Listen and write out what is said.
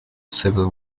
civil